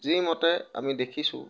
যি মতে আমি দেখিছোঁ